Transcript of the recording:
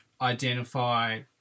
identify